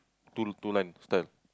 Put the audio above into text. two two line style